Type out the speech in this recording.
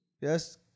Yes